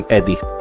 Eddie